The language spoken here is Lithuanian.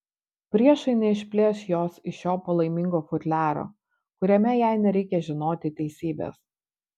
priešai neišplėš jos iš šio palaimingo futliaro kuriame jai nereikia žinoti teisybės